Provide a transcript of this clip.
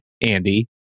Andy